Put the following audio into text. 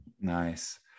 Nice